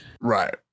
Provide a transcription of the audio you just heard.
right